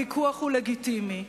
הוויכוח הוא לגיטימי.